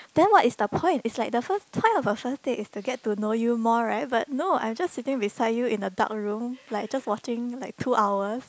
then what is the point is like the first time of first date is to get to know you more right but no I'm just sitting beside you in the dark room like just watching like two hours